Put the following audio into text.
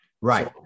Right